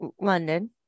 london